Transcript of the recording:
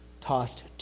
tossed